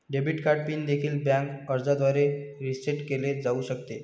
debit card PIN देखील bank अर्जाद्वारे reset केले जाऊ शकते